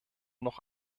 noch